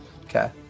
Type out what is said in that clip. Okay